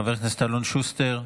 חבר הכנסת אלון שוסטר,